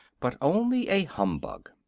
but only a humbug.